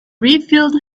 refilled